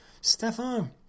stefan